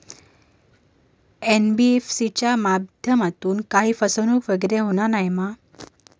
NBFC च्या माध्यमातून काही फसवणूक वगैरे होना नाय मा?